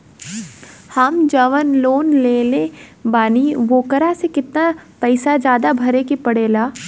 हम जवन लोन लेले बानी वोकरा से कितना पैसा ज्यादा भरे के पड़ेला?